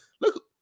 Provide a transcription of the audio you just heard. Look